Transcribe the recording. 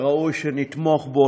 וראוי שנתמוך בו,